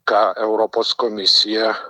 ką europos komisija